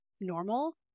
normal